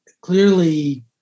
Clearly